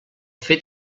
fet